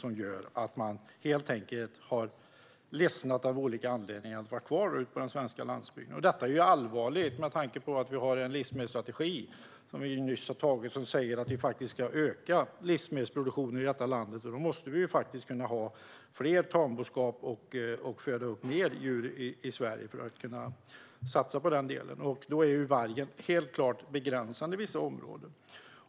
Människor har helt enkelt av olika anledningar ledsnat på att vara kvar ute på den svenska landsbygden. Det här är allvarligt, med tanke på att vi nyss har antagit en livsmedelsstrategi som säger att vi ska öka livsmedelsproduktionen i landet. För att kunna satsa på den delen måste vi ha mer tamboskap och föda upp fler djur i Sverige, och då är vargen helt klart begränsande i vissa områden.